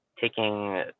taking